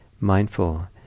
mindful